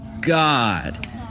God